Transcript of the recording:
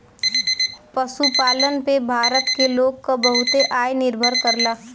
पशुपालन पे भारत के लोग क बहुते आय निर्भर करला